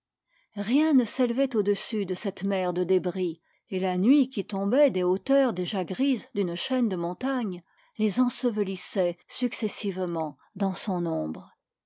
rien ne s'élevait au-dessus de cette mer de débris et la nuit qui tombait des hauteurs déjà grises d'une chaîne de montagnes les ensevelissait successivement dans son ombre